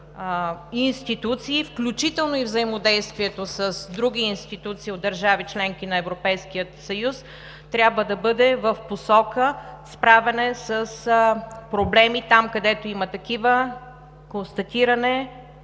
включително и взаимодействието с други институции от държави – членки на Европейския съюз, трябва да бъде в посока справяне с проблеми – там, където има такива, констатиране